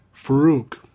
Farouk